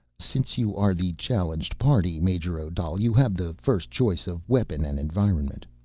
since you are the challenged party, major odal, you have the first choice of weapon and environment.